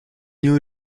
new